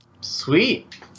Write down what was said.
Sweet